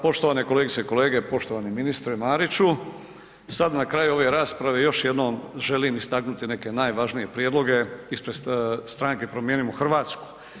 Poštovane kolegice i kolege, poštovani ministre Mariću, sad na kraju ove rasprave još jednom želim istaknuti neke najvažnije prijedloge ispred stranke Promijenimo Hrvatsku.